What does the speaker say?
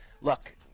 look